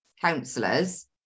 councillors